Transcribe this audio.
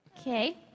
Okay